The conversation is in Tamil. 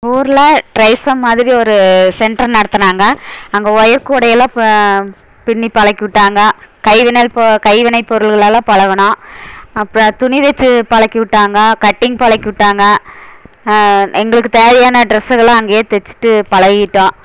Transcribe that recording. எங்கள் ஊரில் டிரைஸம் மாதிரி ஒரு சென்டர் நடத்தினாங்க அங்கே ஒயர் கூடையெல்லாம் ப பின்னிப் பழக்கி விட்டாங்க கைவினைல் பொ கைவினைப் பொருட்களெல்லாம் பழகினோம் அப்புறம் துணி தைச்சி பழக்கி விட்டாங்க கட்டிங் பழக்கி விட்டாங்க எங்களுக்குத் தேவையான டிரெஸ்ஸுகளை அங்கேயே தைச்சிட்டு பழகிட்டோம்